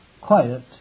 quiet